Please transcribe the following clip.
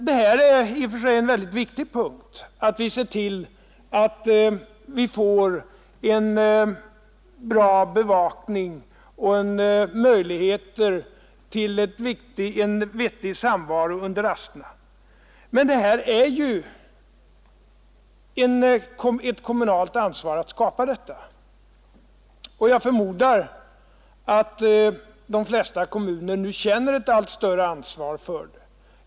Det är i och för sig viktigt att vi får en bra bevakning och en möjlighet till vettig samvaro under rasterna, men det är ett kommunalt ansvar att skapa detta, och jag förmodar att de flesta kommuner nu känner ett allt större ansvar för det.